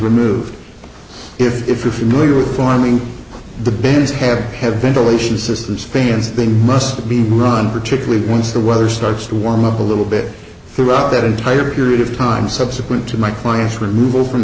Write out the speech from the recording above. removed if you're familiar with forming the bins have had ventilation systems fans they must be run particularly once the weather starts to warm up a little bit throughout that entire period of time subsequent to my client's removal from